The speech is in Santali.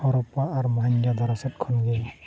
ᱦᱚᱨᱚᱯᱯᱟ ᱟᱨ ᱢᱚᱦᱮᱧᱡᱳᱫᱟᱲᱳ ᱥᱮᱫ ᱠᱷᱚᱱ ᱜᱮ